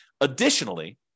Additionally